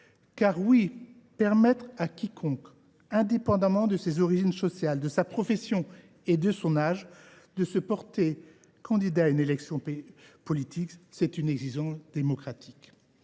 Oui, permettre à quiconque, indépendamment de ses origines sociales, de sa profession et de son âge, de se porter candidat à une élection politique est une exigence démocratique.